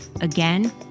Again